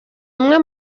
umwe